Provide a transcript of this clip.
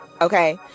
okay